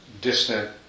distant